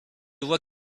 voient